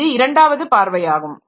இது இரண்டாவது பார்வையாகும்